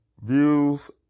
views